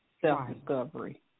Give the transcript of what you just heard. Self-discovery